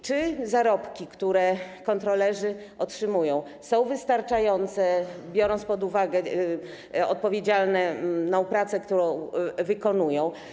Czy zarobki, które kontrolerzy otrzymują, są wystarczające, biorąc pod uwagę odpowiedzialną pracę, którą wykonują?